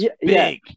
big